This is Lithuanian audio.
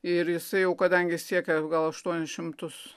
ir jisai jau kadangi siekia gal aštuonis šimtus